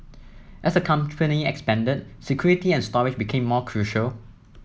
as the company expanded security and storage became more crucial